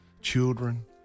children